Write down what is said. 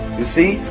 you see,